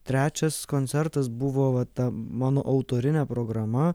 trečias koncertas buvo va ta mano autorinė programa